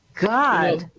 God